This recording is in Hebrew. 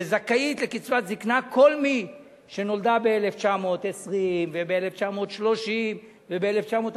וזכאית לקצבת זיקנה כל מי שנולדה ב-1920 וב-1930 וב-1940.